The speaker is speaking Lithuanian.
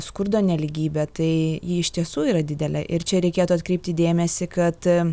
skurdo nelygybę tai ji iš tiesų yra didelė ir čia reikėtų atkreipti dėmesį kad